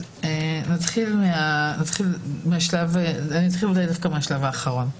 נתחיל מהשלב האחרון,